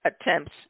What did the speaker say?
attempts